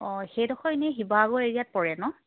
অঁ সেইডোখৰ এনেই শিৱসাগৰ এৰিয়াত পৰে নহ্